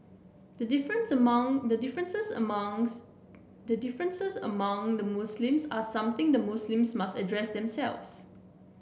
the differences among the differences among the differences among the Muslims are something the Muslims must address themselves